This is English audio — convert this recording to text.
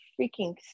freaking